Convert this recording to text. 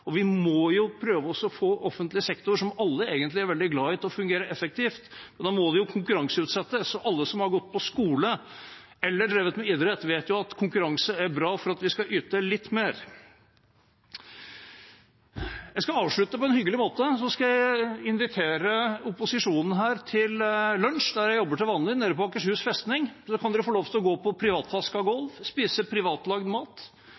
Vi må jo prøve å få offentlig sektor – som alle egentlig er veldig glad i – til å fungere effektivt. Da må det konkurranseutsettes. Alle som har gått på skole eller har drevet med idrett, vet at konkurranse er bra for at vi skal yte litt mer. Jeg skal avslutte på en hyggelig måte, jeg skal invitere opposisjonen til lunsj der jeg jobber til vanlig, på Akershus festning. Så kan de få lov til å gå på privatvasket gulv og spise privatlagd mat.